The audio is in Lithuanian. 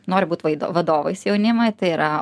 nori būt vaido vadovais jaunimai tai yra